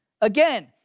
Again